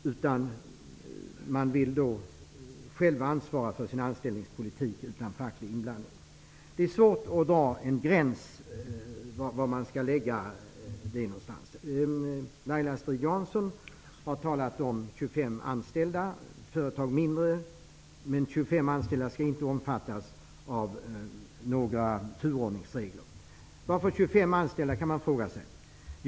Dessa företag vill själva ansvara för sin anställningspolitik, utan facklig inblandning. Det är svårt att bestämma var man skall sätta gränsen. Laila Strid-Jansson har talat om en gräns vid 25 anställda. Företag med färre än 25 anställda skulle inte omfattas av några turordningsregler. Varför 25 anställda, kan man fråga sig.